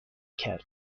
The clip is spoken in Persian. کردی